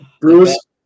Bruce